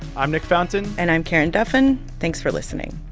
i'm nick fountain and i'm karen duffin. thanks for listening